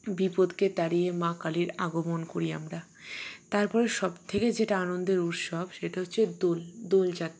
বিপদকে তাড়িয়ে মা কালীর আগমন করি আমরা তারপরে সবথেকে যেটা আনন্দের উৎসব সেটা হচ্ছে দোল দোলযাত্রা